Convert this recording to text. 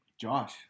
Josh